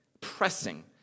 pressing